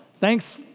Thanks